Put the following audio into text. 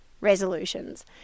resolutions